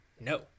no